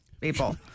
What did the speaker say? people